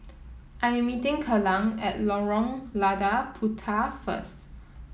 I am meeting Kelan at Lorong Lada Puteh first